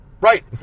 Right